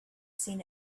seen